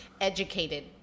educated